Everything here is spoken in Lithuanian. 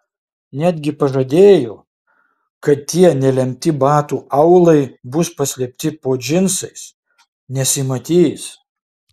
netgi pažadėjo kad tie nelemti batų aulai bus paslėpti po džinsais nesimatys